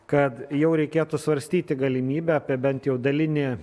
kad jau reikėtų svarstyti galimybę apie bent jau dalinį